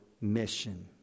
mission